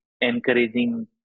encouraging